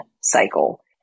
cycle